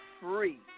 free